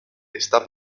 está